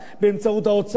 באמצעות האוצר,